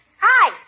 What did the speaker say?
Hi